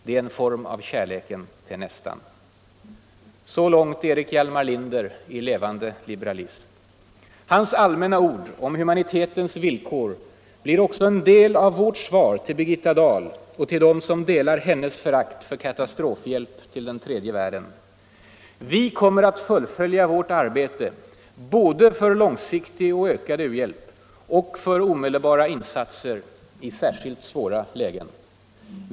Det är en form av kärleken till nästan.” Så långt Erik Hjalmar Linder i ”Levande liberalism”. Hans allmänna ord om humanitetens villkor blir också en del av vårt svar till Birgitta Dahl och till dem som delar hennes förakt för katastrofhjälp till tredje världen. Vi kommer att fullfölja vårt arbete både för långsiktig och ökad u-hjälp och för omedelbara insatser i särskilt svåra lägen.